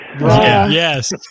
Yes